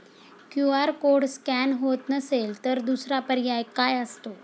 QR code scan होत नसेल तर दुसरा पर्याय काय असतो?